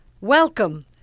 Welcome